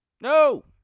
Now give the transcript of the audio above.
no